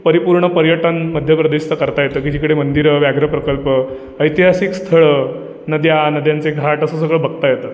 परिपूर्ण पर्यटन मध्य प्रदेशचं करता येतं की जिकडे मंदिरं व्याघ्रप्रकल्प ऐतिहासिक स्थळं नद्या नद्यांचे घाट असं सगळं बघता येतं